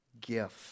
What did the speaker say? gift